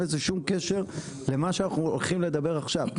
אין לזה שום קשר למה שאנחנו הולכים לדבר עכשיו.